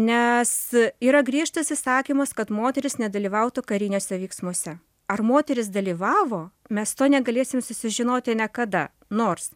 nes yra griežtas įsakymas kad moterys nedalyvautų kariniuose veiksmuose ar moterys dalyvavo mes to negalėsim susižinoti niekada nors